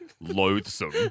loathsome